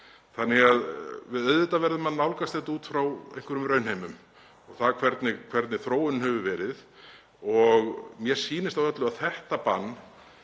Þannig að auðvitað verðum við að nálgast þetta út frá einhverjum raunheimum og því hvernig þróunin hefur verið. Mér sýnist á öllu að þetta bann